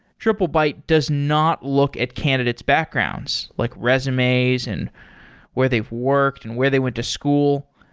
trip lebyte does not look at candidate s backgrounds, like resumes and where they've worked and where they went to school.